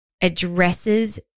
addresses